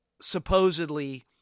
supposedly